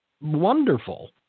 wonderful